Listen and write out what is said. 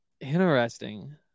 Interesting